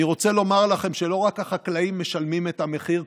אני רוצה לומר לכם שלא רק החקלאים משלמים את המחיר,